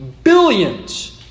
billions